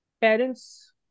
parents